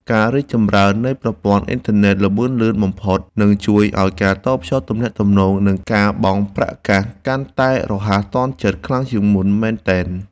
ការរីកចម្រើននៃប្រព័ន្ធអ៊ីនធឺណិតល្បឿនលឿនបំផុតនឹងជួយឱ្យការតភ្ជាប់ទំនាក់ទំនង និង ការបង់ប្រាក់កាសកាន់តែរហ័សទាន់ចិត្តជាងមុនខ្លាំងមែនទែន។